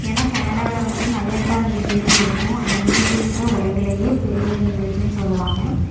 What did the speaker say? ஏன்னால் கெனடாவில் வந்து நயாக்ரா நீர்வீழ்ச்சி இருக்கும் அந்த நீர்வீழ்ச்சிதான் உலகிலேயே பெரிய நீர்வீழ்ச்சின்னு சொல்லுவாங்க